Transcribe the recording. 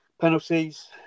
Penalties